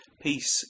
peace